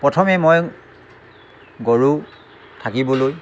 প্ৰথমে মই গৰু থাকিবলৈ